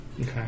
Okay